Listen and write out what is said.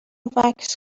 وکس